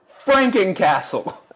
Frankencastle